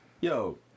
Yo